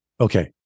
Okay